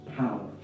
power